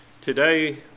Today